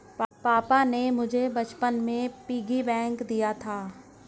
पापा ने मुझे बचपन में पिग्गी बैंक दिया था